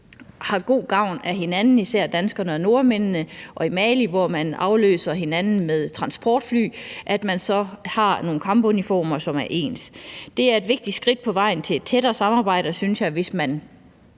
har god gavn af hinanden, især danskerne og nordmændene, og i Mali afløser man hinanden med transportfly. Det er et vigtigt skridt på vejen til et tættere samarbejde, synes jeg, hvis man